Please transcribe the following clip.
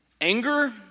anger